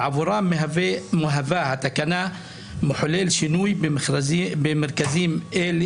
בעבורם מהווה התקנה מחולל שינוי במרכזים אלה